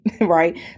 right